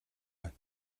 байна